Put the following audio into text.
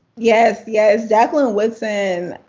yes, yes, jacqueline woodson,